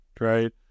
right